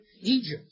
Egypt